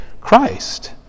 Christ